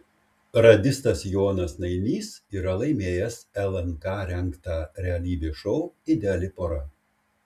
radistas jonas nainys yra laimėjęs lnk rengtą realybės šou ideali pora